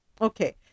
Okay